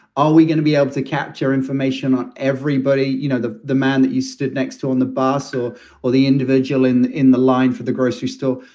are we gonna be able to capture information on everybody? you know, the the man that you sit next to on the bar stool so or the individual in in the line for the grocery store?